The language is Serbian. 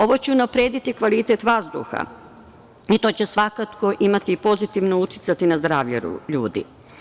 Ovo će unaprediti kvalitet vazduha i to će svakako imati i pozitivno uticati na zdravlje ljudi.